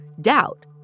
doubt